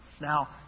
Now